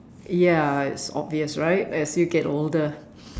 ya it's obvious right as you get older